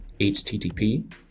HTTP